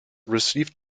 received